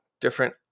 different